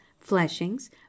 fleshings